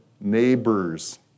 neighbors